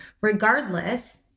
Regardless